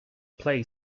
play